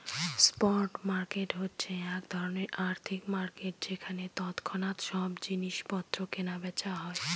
spot market হচ্ছে এক ধরনের আর্থিক মার্কেট যেখানে তৎক্ষণাৎ সব জিনিস পত্র কেনা বেচা হয়